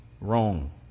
wrong